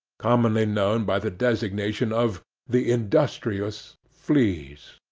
commonly known by the designation of the industrious fleas.